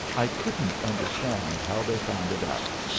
i couldn't understand how they found it out,